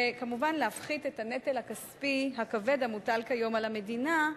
וכמובן להפחית את הנטל הכספי הכבד המוטל כיום על המדינה,